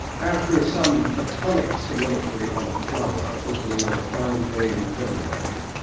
after some platonic soliloquy on a flower opening on a fine day in february,